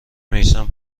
میثم